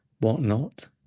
whatnot